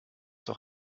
doch